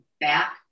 back